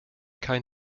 kein